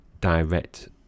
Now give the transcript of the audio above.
direct